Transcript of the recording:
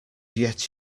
yet